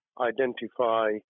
identify